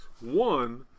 One